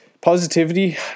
positivity